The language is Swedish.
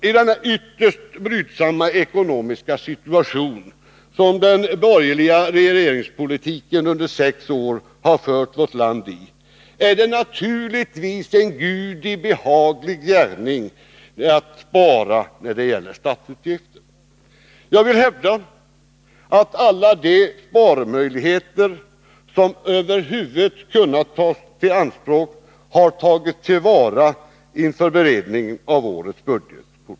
I den ytterst brydsamma ekonomiska situation som den borgerliga regeringspolitiken under sex år fört vårt land in i är det naturligtvis en Gudi behaglig gärning att spara när det gäller statsutgifter. Jag vill hävda att alla de sparmöjligheter som över huvud taget funnits har tagits till vara inför beredningen av årets budgetproposition.